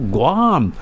Guam